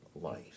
life